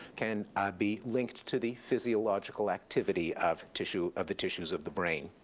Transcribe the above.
can be linked to the physiological activity of tissue of the tissues of the brain.